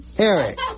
Eric